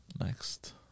Next